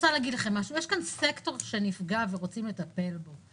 יש כאן סקטור שנפגע ורוצים לטפל בו.